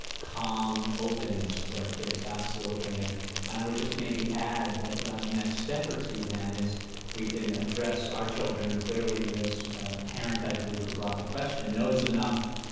calm openness to our kids, absolutely and and i would just maybe add that the next step or two then is we can address our children. clearly this parent i believe who brought the question knows enough,